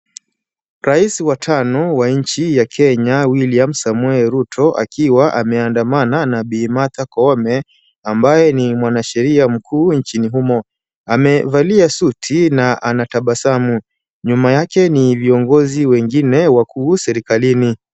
Rais wa tano wa nchi ya Kenya, William Samoei Ruto akiwa ameandamana na Bi. Martha Koome, ambaye ni mwanasheria mkuu nchini humo, amevalia suti na anatabasamu, nyuma yake ni viongozi wengine wakuu serikalini.